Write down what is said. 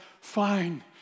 Fine